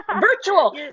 Virtual